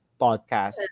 podcast